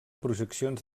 projeccions